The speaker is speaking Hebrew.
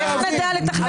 איך נדע לתכנן את הזמן?